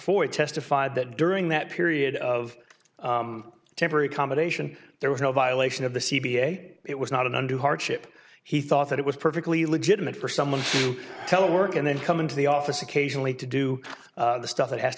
ford testified that during that period of temporary accommodation there was no violation of the c p a it was not an undue hardship he thought that it was perfectly legitimate for someone to tell work and then come into the office occasionally to do the stuff that has